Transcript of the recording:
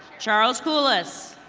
charles coolis.